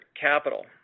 capital